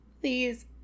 please